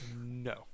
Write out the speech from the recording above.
no